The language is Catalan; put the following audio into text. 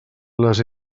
les